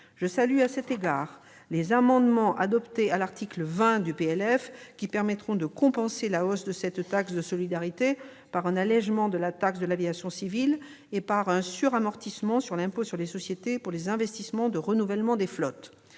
Je salue à cet égard les amendements adoptés à l'article 20 du présent projet de loi de finances. Ces mesures permettront de compenser la hausse de cette taxe de solidarité par un allégement de la taxe de l'aviation civile et par un suramortissement sur l'impôt sur les sociétés pour les investissements de renouvellement des flottes.